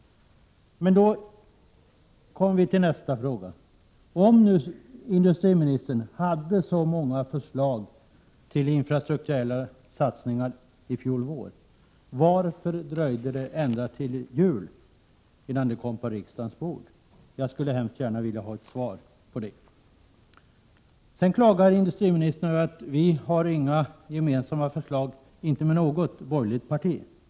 Om nu industriministern i fjol vår hade så många förslag till infrastrukturella satsningar, varför dröjde det då ända fram emot jul innan förslagen kom på riksdagens bord. Jag skulle mycket gärna vilja ha ett svar på den frågan. Sedan klagar industriministern över att vi inte har någon reservation tillsammans med något annat borgerligt parti.